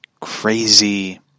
crazy